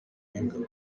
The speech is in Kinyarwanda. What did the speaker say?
y’ingabo